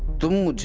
to to